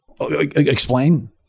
Explain